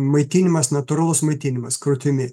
maitinimas natūralus maitinimas krūtimi